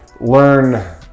learn